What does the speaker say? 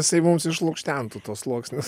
jisai mums išlukštentų tuos sluoksnius